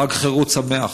חג חירות שמח.